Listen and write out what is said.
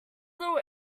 little